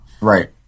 Right